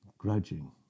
grudging